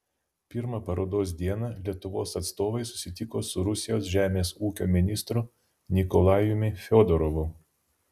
pirmą parodos dieną lietuvos atstovai susitiko su rusijos žemės ūkio ministru nikolajumi fiodorovu